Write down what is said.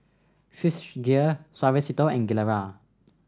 Swissgear Suavecito and Gilera